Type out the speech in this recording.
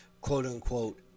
quote-unquote